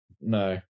No